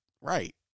right